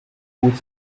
out